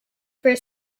for